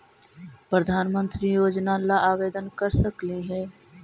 प्रधानमंत्री योजना ला आवेदन कर सकली हे?